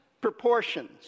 proportions